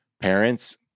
parents